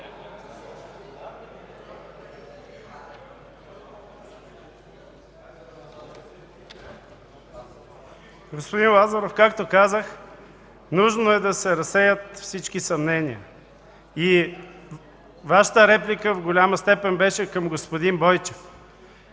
Господин Лазаров, както казах, нужно е да се разсеят всички съмнения. Вашата реплика в голяма степен беше към господин Бойчев.